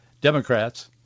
Democrats